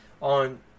On